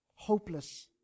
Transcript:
Hopeless